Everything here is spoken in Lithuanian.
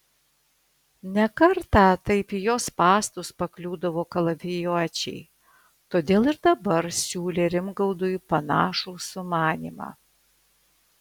ne kartą taip į jo spąstus pakliūdavo kalavijuočiai todėl ir dabar siūlė rimgaudui panašų sumanymą